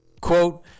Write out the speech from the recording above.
Quote